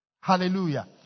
Hallelujah